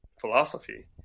philosophy